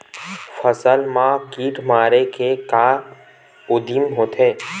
फसल मा कीट मारे के का उदिम होथे?